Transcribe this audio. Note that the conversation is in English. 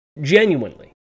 Genuinely